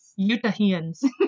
Utahians